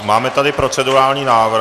Máme tady procedurální návrh.